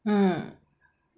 mm